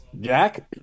Jack